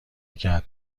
کرد